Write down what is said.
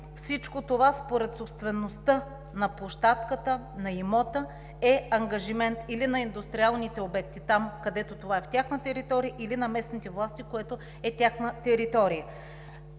Всичко това, според собствеността на площадката, на имота, е ангажимент или на индустриалните обекти – там, където това е в тяхна територия, или на местните власти, което е в тяхна територия.